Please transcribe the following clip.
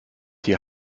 hier